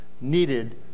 needed